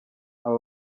aba